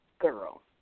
girl